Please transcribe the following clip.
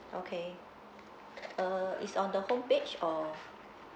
okay uh it's on the home page or